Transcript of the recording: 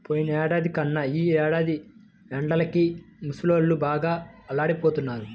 పోయినేడాది కన్నా ఈ ఏడాది ఎండలకి ముసలోళ్ళు బాగా అల్లాడిపోతన్నారు